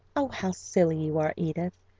oh, how silly you are, edith,